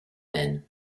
men